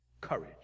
courage